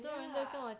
ya